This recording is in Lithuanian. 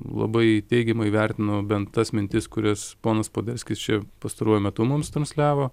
labai teigiamai vertinu bent tas mintis kurias ponas poderskis čia pastaruoju metu mums transliavo